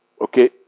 Okay